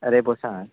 రేపు వస్తాను